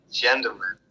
gentlemen